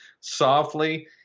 Softly